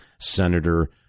Senator